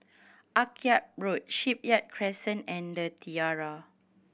Akyab Road Shipyard Crescent and The Tiara